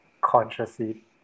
consciously